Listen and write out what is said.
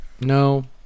No